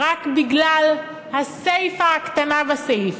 רק בגלל הסיפה הקטנה בסעיף.